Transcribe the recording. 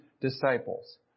disciples